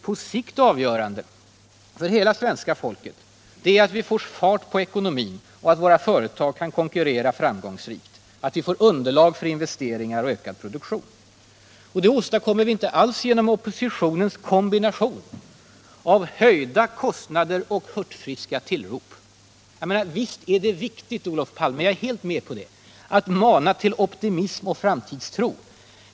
På sikt avgörande för hela svenska folket är att vi får fart på ekonomin och att våra företag kan konkurrera framgångsrikt, att vi får underlag för investeringar och ökad produktion. Det åstadkommer vi inte genom oppositionens kombination av höjda kostnader och hurtfriska tillrop. Visst är det viktigt, Olof Palme, att mana till optimism och framtidstro.